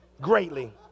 greatly